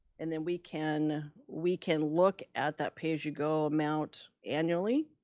and then we can we can look at that pay-as-you-go amount annually.